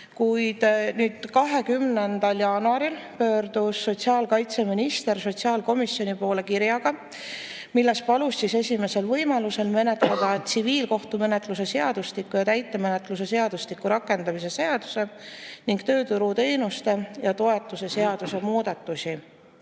Kuid 20. jaanuaril pöördus sotsiaalkaitseminister sotsiaalkomisjoni poole kirjaga, milles palus esimesel võimaluse korral menetleda tsiviilkohtumenetluse seadustiku ja täitemenetluse seadustiku rakendamise seaduse ning tööturuteenuste ja -toetuste seaduse muudatusi.